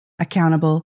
accountable